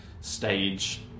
stage